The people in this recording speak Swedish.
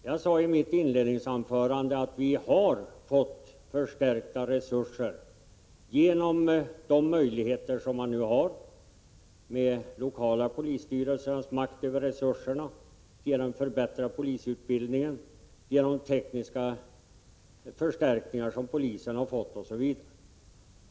Jag sade i mitt inledningsanförande att vi har fått förstärkningar på grund av de möjligheter som ges exempelvis genom de lokala polisstyrelsernas makt över resurserna, genom den förbättrade polisutbildningen, genom tekniska förstärkningar som polisen har fått osv.